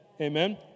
Amen